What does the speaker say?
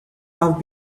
have